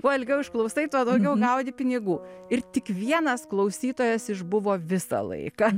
kuo ilgiau išklausai tuo daugiau gauni pinigų ir tik vienas klausytojas išbuvo visą laiką